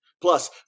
Plus